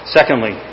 Secondly